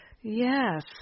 Yes